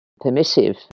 permissive